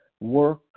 work